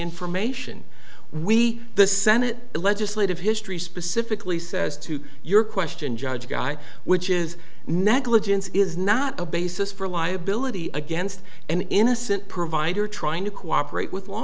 information we the senate legislative history specifically says to your question judge guy which is negligence is not a basis for liability against an innocent provider trying to cooperate with law